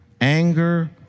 anger